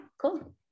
cool